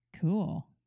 Cool